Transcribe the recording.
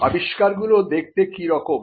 আবিষ্কারগুলো দেখতে কি রকম